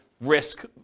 risk